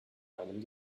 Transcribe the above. einem